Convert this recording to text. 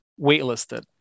waitlisted